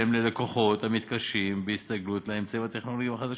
ללקוחות המתקשים בהסתגלות לאמצעים הטכנולוגיים החדשים.